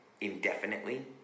indefinitely